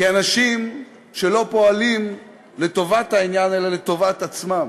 כאנשים שלא פועלים לטובת העניין אלא לטובת עצמם.